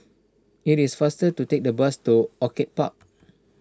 it is faster to take the bus to Orchid Park